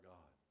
God